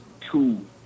two